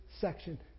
section